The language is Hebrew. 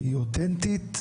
שהיא אותנטית,